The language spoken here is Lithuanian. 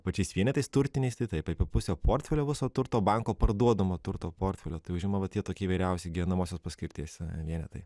pačiais vienetais turtiniais tai taip apie pusę portfelio viso turto banko parduodamo turto portfelio užima va tie tokie įvairiausi gyvenamosios paskirties vienetai